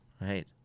right